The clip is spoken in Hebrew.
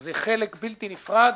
זה חלק בלתי נפרד